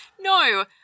No